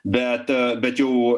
bet bet jau